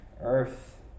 earth